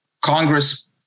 Congress